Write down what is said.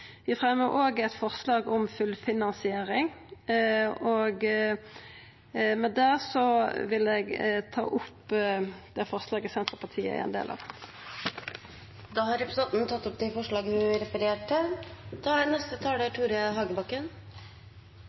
Vi fremjar òg eit forslag om fullfinansiering. Med det vil eg ta opp dei forslaga Senterpartiet er med på saman med Arbeidarpartiet og SV. Da har representanten Kjersti Toppe tatt opp de forslagene hun refererte til.